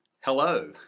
Hello